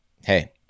hey